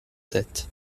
sept